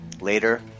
Later